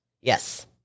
yes